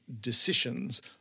decisions